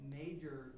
major